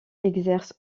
exerce